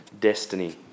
destiny